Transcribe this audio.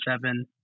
Seven